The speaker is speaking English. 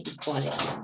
equality